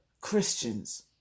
Christians